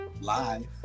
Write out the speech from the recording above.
live